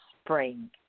spring